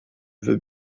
veux